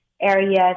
areas